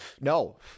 no